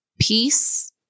peace